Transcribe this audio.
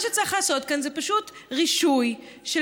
מה שצריך לעשות כאן זה פשוט רישוי של